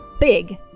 big